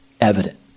evident